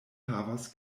havas